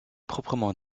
proprement